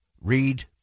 read